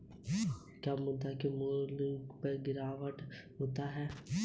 क्या मुद्रा के मूल्य में अस्थायी विनिमय दर में गिरावट मूल्यह्रास होता है?